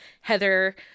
Heather